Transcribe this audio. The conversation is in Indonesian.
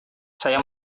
saya